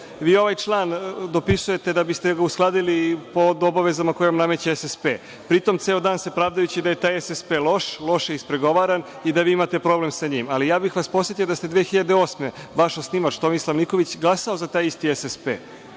ovaj član dopisujete da biste ga uskladili pod obavezama koje vam nameće SSP, ceo dan se pravdajući da je taj SSP loš, loše ispregovaran i da vi imate problem sa njima, ali ja bih vas podsetio da ste 2008. godine, vaš osnivač Tomislav Nikolić, glasao za taj isti SSP